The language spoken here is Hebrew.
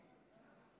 זרות בישראל,